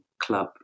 Club